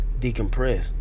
decompress